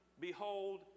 behold